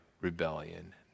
rebellion